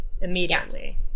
Immediately